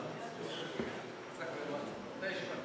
הוגשו כנדרש חתימות של